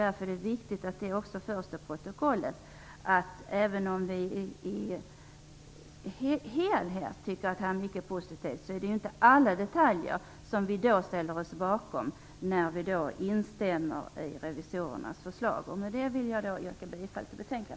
Därför är det viktigt att det också förs till protokollet att även om vi som helhet tycker att det här är mycket positivt ställer vi oss inte bakom alla detaljer när vi instämmer i revisorernas förslag. Med detta vill jag yrka bifall till utskottets hemställan.